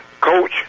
Coach